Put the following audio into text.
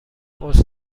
عذر